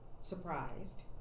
surprised